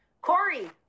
Corey